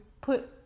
put